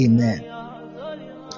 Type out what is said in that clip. Amen